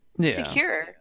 secure